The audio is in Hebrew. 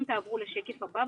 אם תעברו לשקף הבא,